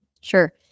sure